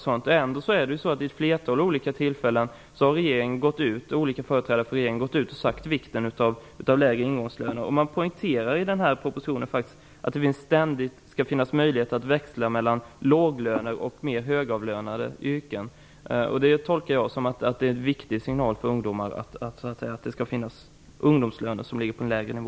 Vid ett flertal olika tillfällen har olika företrädare för regeringen gått ut och talat om vikten av lägre ingångslöner. I propositionen poängteras faktiskt att det ständigt skall finnas möjligheter att växla mellan lågavlönade och mera högavlönade yrken. Det tolkar jag som att det är en viktig signal till ungdomarna att det skall finnas ungdomslöner som ligger på en lägre nivå.